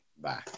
Bye